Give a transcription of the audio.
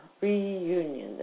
reunion